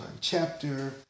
chapter